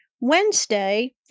Wednesday